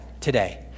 today